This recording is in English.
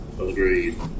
Agreed